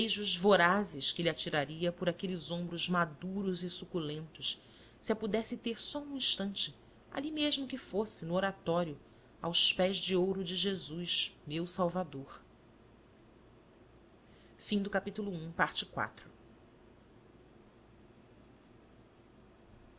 vorazes que lhe atiraria por aqueles ombros maduros e suculentos se a pudesse ter só um instante ali mesmo que fosse no oratório aos pés de ouro de jesus meu salvador